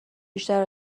بیشتر